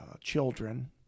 children